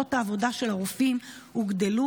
ושעות העבודה של הרופאים הוגדלו.